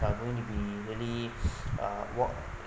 are going to be really uh war